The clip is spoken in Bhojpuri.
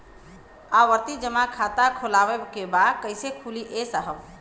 आवर्ती जमा खाता खोलवावे के बा कईसे खुली ए साहब?